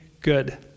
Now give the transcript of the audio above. good